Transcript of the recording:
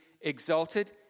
exalted